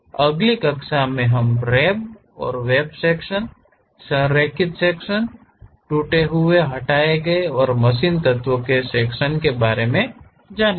अगली कक्षा में हम रिब और वेब सेक्शन संरेखित सेक्शन टूटे हटाए गए और मशीन तत्वों के बारे में जानेंगे